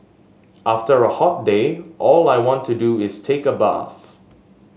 after a hot day all I want to do is take a bath